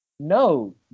No